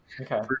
Okay